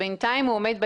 בינתיים הוא עומד ביעדים.